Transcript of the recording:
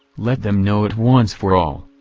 let them know it once for all.